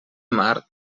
mar